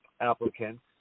applicants